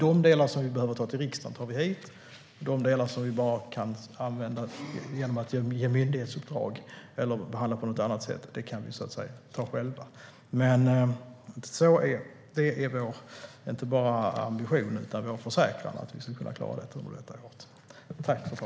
De delar som vi behöver ta till riksdagen tar vi hit, och de delar som vi kan använda genom att ge myndighetsuppdrag eller behandla på något annat sätt kan vi ta hand om själva. Det är inte bara vår ambition utan vår försäkran att vi ska kunna klara detta under det här året.